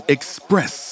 Express